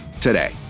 today